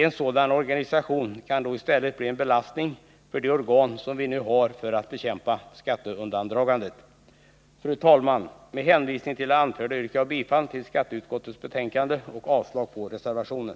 En sådan organisation kan då i stället bli en belastning för de organ som vi nu har för att bekämpa skatteundandragandet. Fru talman! Med hänvisning till det anförda yrkar jag bifall till skatteutskottets betänkande och avslag på reservationen.